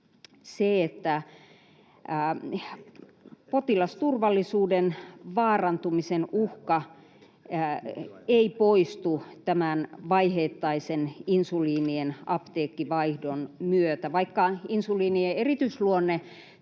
se, että potilasturvallisuuden vaarantumisen uhka ei poistu tämän vaiheittaisen insuliinien apteekkivaihdon myötä. Vaikka insuliinien erityisluonne